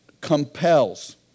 compels